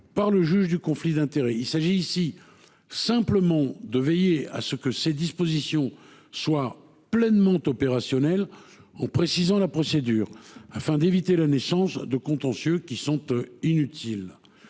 par le juge du conflit d’intérêts. Il s’agit simplement de veiller à ce que ces dispositions soient pleinement opérationnelles en précisant la procédure, afin d’éviter la naissance de contentieux inutiles.